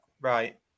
Right